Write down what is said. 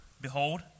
Behold